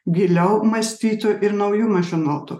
giliau mąstytų ir naujumą žinotų